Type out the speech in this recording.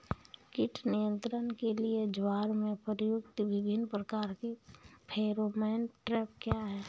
कीट नियंत्रण के लिए ज्वार में प्रयुक्त विभिन्न प्रकार के फेरोमोन ट्रैप क्या है?